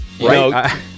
Right